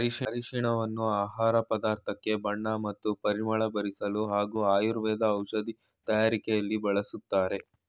ಅರಿಶಿನವನ್ನು ಆಹಾರ ಪದಾರ್ಥಕ್ಕೆ ಬಣ್ಣ ಮತ್ತು ಪರಿಮಳ ಬರ್ಸಲು ಹಾಗೂ ಆಯುರ್ವೇದ ಔಷಧಿ ತಯಾರಕೆಲಿ ಬಳಸ್ತಾರೆ